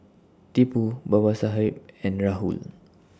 Tipu Babasaheb and Rahul